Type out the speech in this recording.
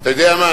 אתה יודע מה?